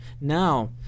Now